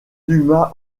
dumas